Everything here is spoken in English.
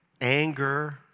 anger